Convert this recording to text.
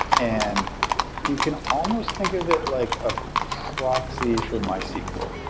and you can almost think of it like a proxy for mysql.